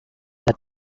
that